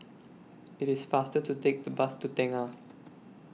IT IS faster to Take The Bus to Tengah